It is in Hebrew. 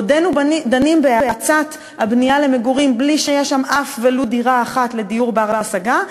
עודנו דנים בהאצת הבנייה למגורים בלי שיש ולו דירה אחת לדיור בר-השגה,